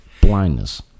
blindness